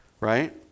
Right